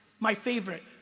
my favorite,